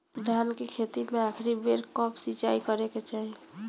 धान के खेती मे आखिरी बेर कब सिचाई करे के चाही?